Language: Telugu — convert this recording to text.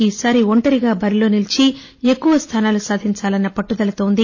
ఈసారి ఒంటరిగా బరిలో నిలీచి ఎక్కువ స్థానాలు సాధించాలన్న పట్టుదలతో ఉంది